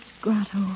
grotto